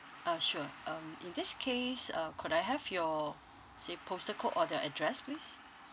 ah sure um in this case uh could I have your say postal code or the address please